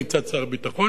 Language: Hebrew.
מצד שר הביטחון,